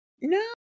No